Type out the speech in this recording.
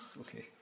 okay